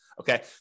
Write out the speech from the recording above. Okay